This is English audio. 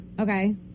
Okay